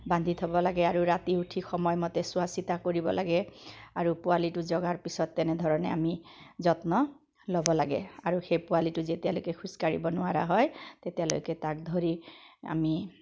বান্ধি থ'ব লাগে আৰু ৰাতি উঠি সময়মতে চোৱা চিতা কৰিব লাগে আৰু পোৱালীটো জগাৰ পিছত তেনেধৰণে আমি যত্ন ল'ব লাগে আৰু সেই পোৱালীটো যেতিয়ালৈকে খোজকাঢ়িব নোৱাৰা হয় তেতিয়ালৈকে তাক ধৰি আমি